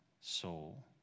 soul